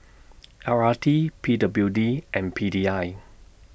L R T P W D and P D I